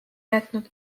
jätnud